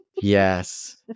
Yes